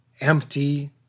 empty